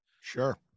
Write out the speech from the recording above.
Sure